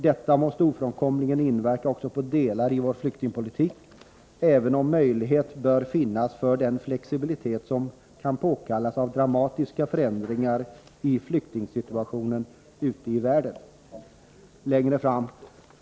Detta måste ofrånkomligen inverka också på delar av vår flyktingpolitik, även om möjlighet bör finnas för den flexibilitet som kan påkallas av dramatiska förändringar i flyktingsituationen ute i världen.